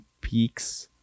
peaks